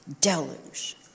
deluge